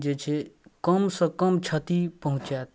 जे छै कमसँ कम क्षति पहुँचाएत